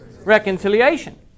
reconciliation